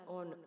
on